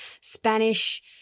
Spanish